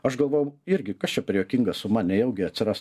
aš galvojau irgi kas čia per juokinga suma nejaugi atsiras